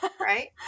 Right